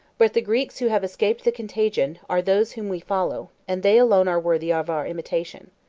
but the greeks who have escaped the contagion, are those whom we follow and they alone are worthy of our imitation.